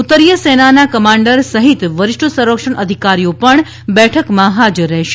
ઉત્તરીય સેનાના કમાન્ડર સહિત વરિષ્ઠ સંરક્ષણ અધિકારીઓ પણ બેઠકમાં હા જર રહેશે